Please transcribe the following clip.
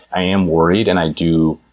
i am worried and i do,